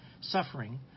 suffering